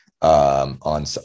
on